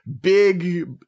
big